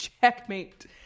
checkmate